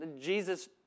Jesus